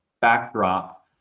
backdrop